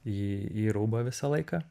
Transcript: į į rūbą visą laiką